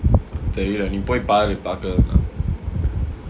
தெரில நீ போய் பாரு பாக்கலனா:therila nee poi paaru paakkalanaa